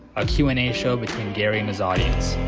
a q and a a show between gary and his audience.